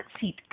seat